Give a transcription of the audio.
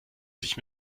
sich